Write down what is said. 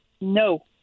No